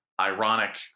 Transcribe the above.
ironic